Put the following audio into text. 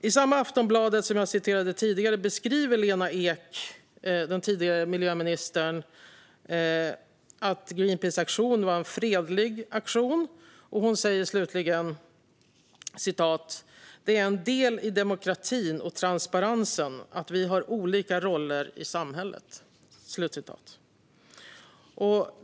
I den artikel i Aftonbladet som jag citerade tidigare beskriver tidigare miljöminister Lena Ek Greenpeaces aktion som fredlig, och slutligen säger hon: "Det är en del i demokratin och transparensen, att vi har olika roller i samhället."